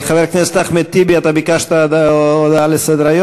חבר הכנסת אחמד טיבי, אתה ביקשת הודעה, הצעה לסדר?